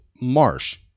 Marsh